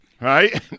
Right